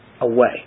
away